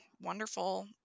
wonderful